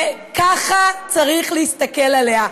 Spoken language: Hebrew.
וככה צריך להסתכל עליה.